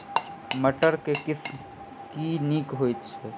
मटर केँ के किसिम सबसँ नीक होइ छै?